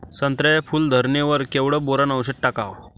संत्र्याच्या फूल धरणे वर केवढं बोरोंन औषध टाकावं?